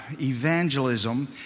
evangelism